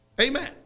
Amen